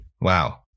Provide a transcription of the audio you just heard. Wow